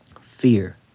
Fear